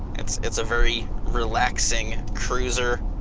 it's it's a very relaxing cruiser.